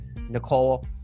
Nicole